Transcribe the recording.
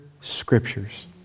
Scriptures